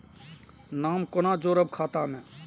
नाम कोना जोरब खाता मे